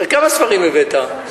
כמה ספרים הבאת?